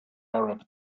arab